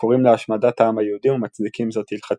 הקוראים להשמדת העם היהודי ומצדיקים זאת הלכתית.